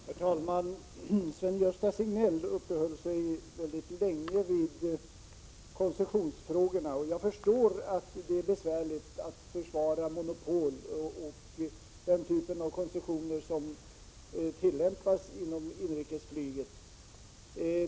Herr talman! Sven-Gösta Signell uppehöll sig länge vid koncessionsfrågorna, och jag förstår att det är besvärligt att försvara monopol och den typ av koncessioner som tillämpas inom inrikesflyget.